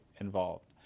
involved